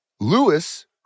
Lewis